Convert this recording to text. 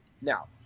now